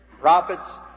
prophets